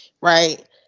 Right